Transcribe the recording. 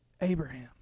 Abraham